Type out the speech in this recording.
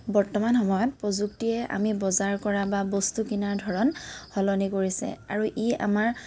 বৰ্তমান সময়ত প্ৰযুক্তিয়ে আমি বজাৰ কৰা বা বস্তু কিনাৰ ধৰণ সলনি কৰিছে আৰু ই আমাৰ